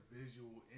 visual